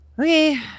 okay